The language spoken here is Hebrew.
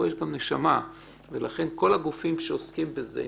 פה יש גם נשמה ולכן כל הגופים שעוסקים בזה,